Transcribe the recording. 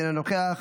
אינו נוכח,